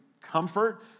comfort